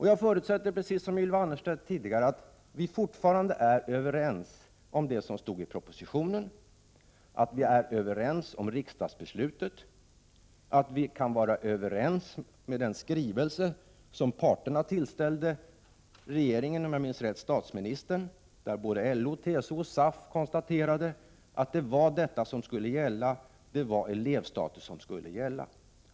Jag förutsätter precis som Ylva Annerstedt att vi fortfarande är överens om det som stod i propositionen, att vi är överens om riksdagsbeslutet, att vi kan vara överens om den skrivelse som parterna tillställde regeringen, om jag minns rätt statsministern, där såväl LO och TCO som SAF konstaterade att elevstatus skulle gälla.